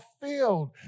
filled